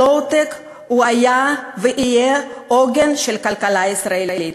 ה-low-tech היה ויהיה העוגן של הכלכלה הישראלית.